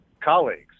colleagues